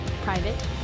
Private